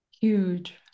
huge